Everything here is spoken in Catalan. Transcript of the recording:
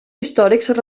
històrics